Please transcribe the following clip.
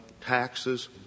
taxes